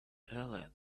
earlier